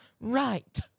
right